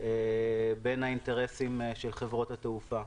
בין האינטרסים של חברות התעופה.